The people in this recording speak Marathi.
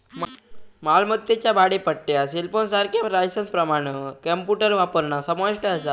मालमत्तेच्या भाडेपट्ट्यात सेलफोनसारख्या लायसेंसप्रमाण कॉम्प्युटर वापरणा समाविष्ट असा